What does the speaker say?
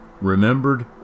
remembered